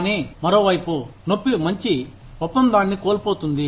కానీ మరోవైపు నొప్పి మంచి ఒప్పందాన్ని కోల్పోతుంది